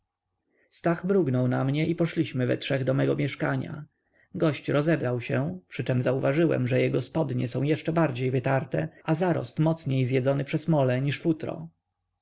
stach mrugnął na mnie i poszliśmy we trzech do mego mieszkania gość rozebrał się przyczem zauważyłem że jego spodnie są jeszcze bardziej wytarte a zarost mocniej zjedzony przez mole niż futro